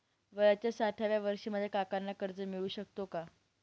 वयाच्या साठाव्या वर्षी माझ्या काकांना कर्ज मिळू शकतो का?